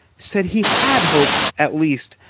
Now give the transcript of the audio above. said he had hoped, at least,